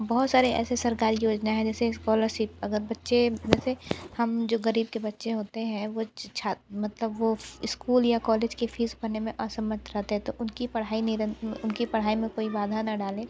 बहुत सारे ऐसी सरकारी योजना है जैसे स्कॉलरशिप अगर बच्चे जैसे हम जो ग़रीब के बच्चे होते हैं वो मतलब वो स्कूल या कॉलेज की फीस भरने में असमर्थ रहते है तो उनकी पढ़ाई नहीं उनकी पढ़ाई में कोई बाधा ना डाले